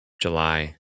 July